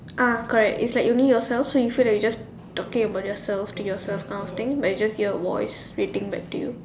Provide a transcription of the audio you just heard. ah correct it's like you need yourself so you feel like you're just talking about yourself to yourself kind of thing but you just hear a voice greeting back to you